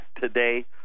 today